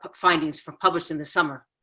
but findings from published in the summer.